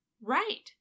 Right